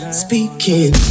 speaking